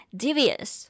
devious